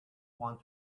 want